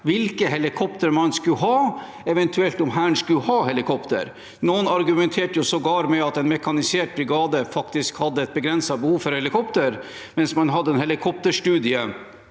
hvilke helikopter man skulle ha, og eventuelt om Hæren skulle ha helikopter. Noen argumenterte sågar med at en mekanisert brigade faktisk hadde et begrenset behov for helikopter, mens man hadde en helikopterstudie